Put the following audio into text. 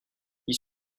ils